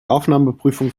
aufnahmeprüfung